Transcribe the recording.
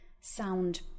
sound